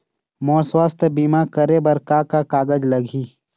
मोर स्वस्थ बीमा करे बर का का कागज लगही?